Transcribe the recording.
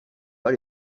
pas